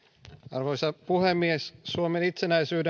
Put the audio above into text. arvoisa puhemies suomen itsenäisyyden